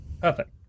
Perfect